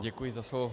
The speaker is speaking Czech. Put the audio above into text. Děkuji za slovo.